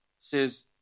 says